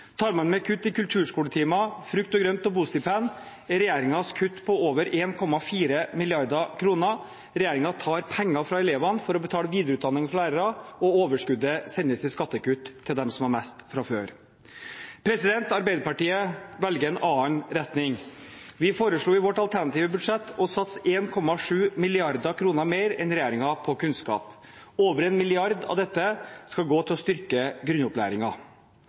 Tar man med kutt i kulturskoletimer, frukt og grønt og bostipend, er regjeringens kutt på over 1,4 mrd. kr. Regjeringen tar penger fra elevene for å betale videreutdanning for lærere, og overskuddet sendes til skattekutt til dem som har mest fra før. Arbeiderpartiet velger en annen retning. Vi foreslo i vårt alternative budsjett å satse 1,7 mrd. kr mer enn regjeringen på kunnskap. Over en milliard av dette skal gå til å styrke